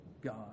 God